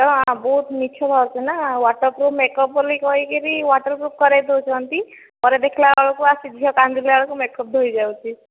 ହଁ ବହୁତ ମିଛ ବାହାରୁଛି ନା ୱାଟର ପ୍ରୁଫ ମେକଅପ ବୋଲି କହିକିରି ୱାଟର ପ୍ରୁଫ କରାଇଦେଉଛନ୍ତି ପରେ ଦେଖିଲା ବେଳକୁ ଆସିକି ଝିଅ କାନ୍ଦିଲା ବେଳକୁ ମେକଅପ ଧୋଇ ହୋଇଯାଉଛି